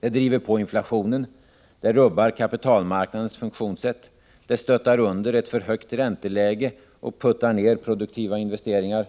Det driver på inflationen, det rubbar kapitalmarknadens funktionssätt, det stöttar under ett för högt ränteläge och puttar ner produktiva investeringar,